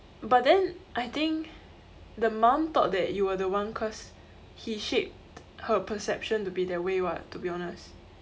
but then I think the mum thought that you were the one cause he shaped her perception to be that way [what] to be honest